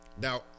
Now